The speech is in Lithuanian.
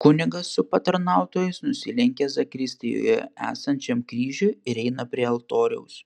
kunigas su patarnautojais nusilenkia zakristijoje esančiam kryžiui ir eina prie altoriaus